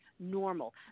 normal